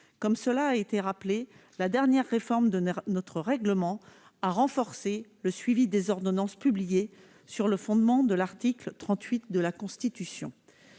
comme cela a été rappelé la dernière réforme de notre règlement à renforcer le suivi des ordonnances publiées sur le fondement de l'article 38 de la Constitution,